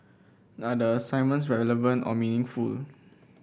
are the assignments relevant or meaningful